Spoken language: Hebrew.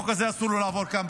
ואסור לחוק הזה לעבור כאן,